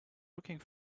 looking